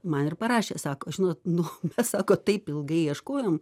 man ir parašė sako žinot nu sako taip ilgai ieškojom